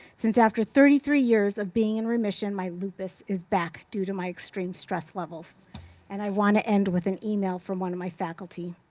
since after thirty three years of being in remission, my lupus is back due to my extreme stress levels and i want to end with an e-mail from one of my faculty.